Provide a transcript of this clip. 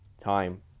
time